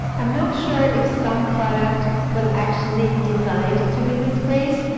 i'm not sure if sumproduct was actually designed to be this great,